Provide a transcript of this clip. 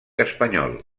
espanyol